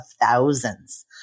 thousands